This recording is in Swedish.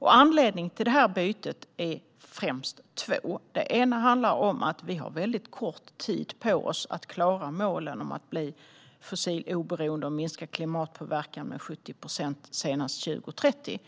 Anledningarna till bytet är främst två. Den ena handlar om att vi har kort tid på oss för att klara målen om att bli fossiloberoende och att minska klimatpåverkan med 70 procent senast 2030.